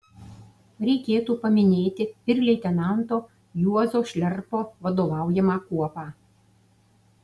reikėtų paminėti ir leitenanto juozo šliarpo vadovaujamą kuopą